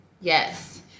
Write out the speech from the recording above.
Yes